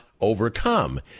overcome